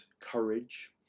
courage